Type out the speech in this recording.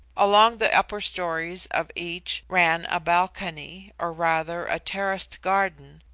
along the upper stories of each ran a balcony, or rather a terraced garden,